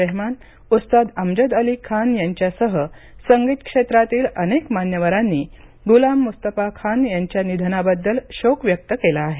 रेहमान उस्ताद अमजद अली खान यांच्यासह संगीत क्षेत्रातील अनेक मान्यवरांनी गुलाम मुस्तफा खान यांच्या निधनाबद्दल शोक व्यक्त केला आहे